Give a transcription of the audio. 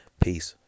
peace